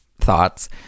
thoughts